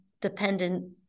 dependent